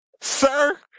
Sir